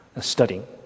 studying